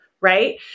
Right